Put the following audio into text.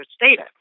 data